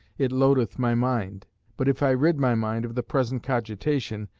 it loadeth my mind but if i rid my mind of the present cogitation,